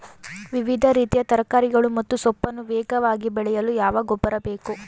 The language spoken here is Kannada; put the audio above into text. ವಿವಿಧ ರೀತಿಯ ತರಕಾರಿಗಳು ಮತ್ತು ಸೊಪ್ಪನ್ನು ವೇಗವಾಗಿ ಬೆಳೆಯಲು ಯಾವ ಗೊಬ್ಬರ ಬೇಕು?